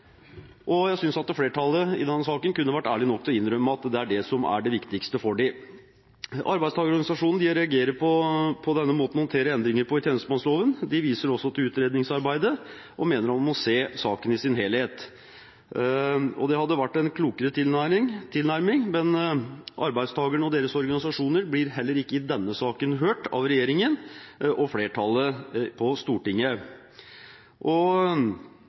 Jeg synes at flertallet i denne saken kunne ha vært ærlige nok til å innrømme at det er det som er det viktigste for dem. Arbeidstakerorganisasjonene reagerer på denne måten å håndtere endringer på i tjenestemannsloven. De viser også til utredningsarbeidet og mener man må se saken i sin helhet. Det hadde vært en klokere tilnærming, men arbeidstakerne og deres organisasjoner blir heller ikke i denne saken hørt av regjeringen og flertallet på Stortinget. Hadde regjeringspartiene og